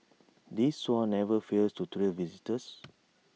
these swans never fail to thrill visitors